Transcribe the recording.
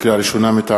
לקריאה ראשונה,